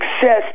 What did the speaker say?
success